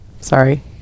Sorry